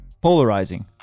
polarizing